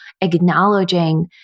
acknowledging